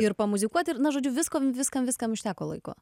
ir pamuzikuoti ir na žodžiu viskom viskam viskam užteko laiko